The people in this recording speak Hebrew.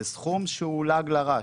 שזה סכום שהוא לעג לרש.